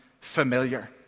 familiar